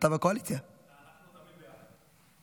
אנחנו תמיד ביחד.